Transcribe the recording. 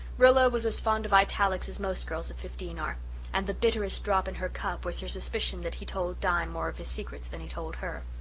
rilla was as fond of italics as most girls of fifteen are and the bitterest drop in her cup was her suspicion that he told di more of his secrets than he told her.